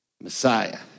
Messiah